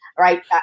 right